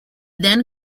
then